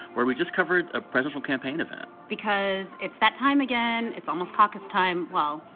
where we just covered a presidential campaign event because it's that time again. it's almost caucus time. well,